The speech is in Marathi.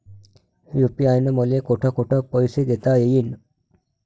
यू.पी.आय न मले कोठ कोठ पैसे देता येईन?